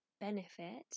benefit